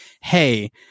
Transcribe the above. Hey